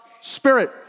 Spirit